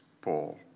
Paul